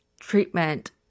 treatment